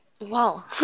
Wow